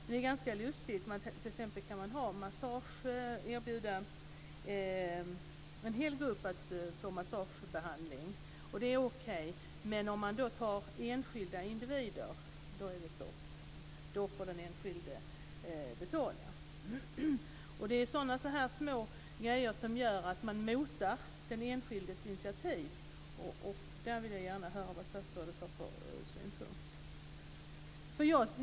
Det är ganska lustigt att det t.ex. är okej att erbjuda en hel grupp massagebehandling, men för enskilda individer är det stopp. Då får den enskilde själv betala. Det är sådana här små saker som gör att man motar den enskildes initiativ. Här vill jag höra vad statsrådet har för synpunkt.